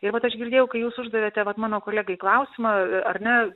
ir vat aš girdėjau kai jūs uždavėte vat mano kolegai klausimą a ar ne